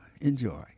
enjoy